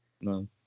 No